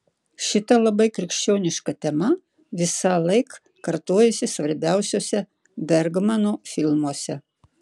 šita labai krikščioniška tema visąlaik kartojasi svarbiausiuose bergmano filmuose